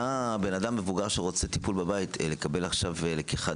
מה בן אדם מבוגר שרוצה טיפול בבית לקבל עכשיו לקיחת